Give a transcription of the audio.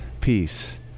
peace